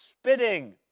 spitting